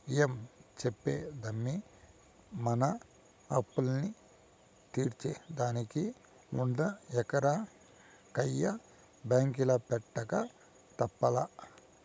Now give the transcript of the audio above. ఏం చెప్పేదమ్మీ, మన అప్పుల్ని తీర్సేదానికి ఉన్న ఎకరా కయ్య బాంకీల పెట్టక తప్పలా